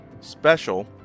special